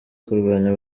kurwanya